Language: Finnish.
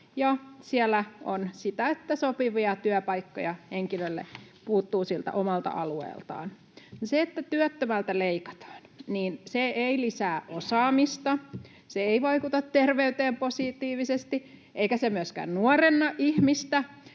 siellä on sitä, että sopivia työpaikkoja henkilölle puuttuu sieltä omalta alueelta. No se, että työttömältä leikataan, ei lisää osaamista, ei vaikuta terveyteen positiivisesti, eikä se myöskään nuorenna ihmistä,